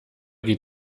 geht